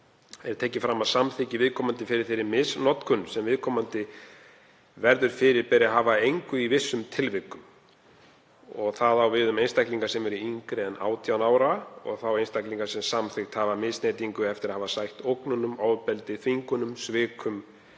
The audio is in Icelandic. er tekið fram að samþykki viðkomandi fyrir þeirri misnotkun sem viðkomandi verður fyrir beri í vissum tilvikum að hafa að engu. Það á við um einstaklinga sem eru yngri en 18 ára og þá einstaklinga sem samþykkt hafa misneytingu eftir að hafa sætt ógnunum, ofbeldi, þvingunum, svikum,